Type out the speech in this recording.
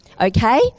Okay